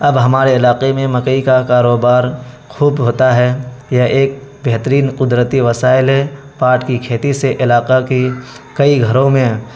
اب ہمارے علاقے میں مکئی کا کاروبار خوب ہوتا ہے یہ ایک بہترین قدرتی وسائل ہے پاٹ کی کھیتی سے علاقہ کی کئی گھروں میں